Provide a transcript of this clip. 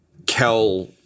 Kel